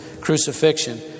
crucifixion